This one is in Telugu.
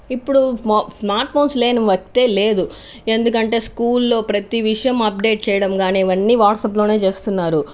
ఇప్పుడు స్మార్ట్ ఫోన్స్ లేని వ్యక్తే లేడు ఎందుకంటే స్కూల్ ప్రతి విషయం అప్డేట్ చేయడం కానీ ఇవన్నీ వాట్సాప్లోనే చేస్తున్నారు